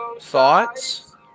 Thoughts